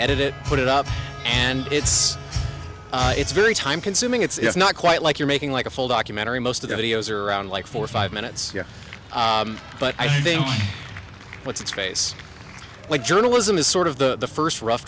edit it put it up and it's it's very time consuming it's not quite like you're making like a full documentary most of the videos are around like four or five minutes but i think what's its face like journalism is sort of the first rou